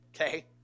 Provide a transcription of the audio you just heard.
okay